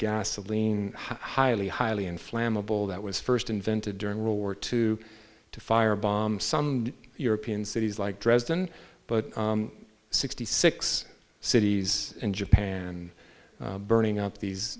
gasoline howley highly inflammable that was first invented during world war two to fire bomb some european cities like dresden but sixty six cities in japan and burning out these